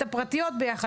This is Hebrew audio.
את הפרטיות ביחד.